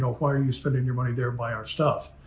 know, why are you spending your money there, buy our stuff?